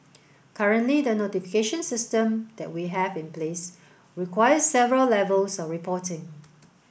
currently the notification system that we have in place requires several levels of reporting